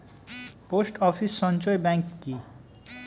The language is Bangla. পোস্ট অফিস সঞ্চয় ব্যাংক কি?